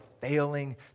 failing